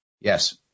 Yes